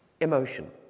emotion